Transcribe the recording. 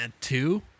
two